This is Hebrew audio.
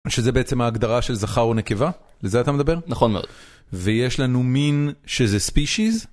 שזה בעצם ההגדרה של זכר או נקבה לזה אתה מדבר נכון מאוד ויש לנו מין שזה ספי שיז.